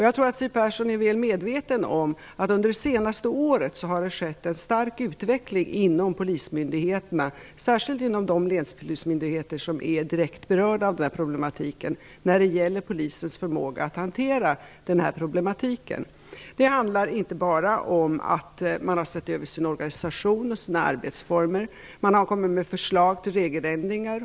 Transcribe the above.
Jag tror att Siw Persson är väl medveten om att det under det senaste året har skett en stark utveckling inom polismyndigheterna när det gäller Polisens förmåga att hantera denna problematik, särskilt inom de länspolismyndigheter som är direkt berörda. Det handlar inte bara om att de har sett över sin organisation och sina arbetsformer, utan de har också kommit med förslag till regeländringar.